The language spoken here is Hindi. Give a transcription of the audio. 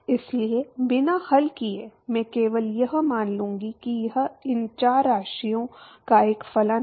इसलिए बिना हल किए मैं केवल यह मान लूंगा कि यह इन चार राशियों का एक फलन है